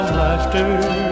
laughter